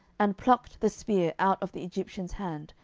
and plucked the spear out of the egyptian's hand,